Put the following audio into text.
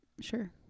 sure